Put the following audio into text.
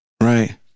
Right